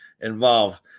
involved